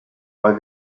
weil